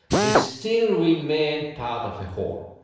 they still remain part of a whole.